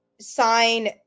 sign